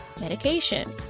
medication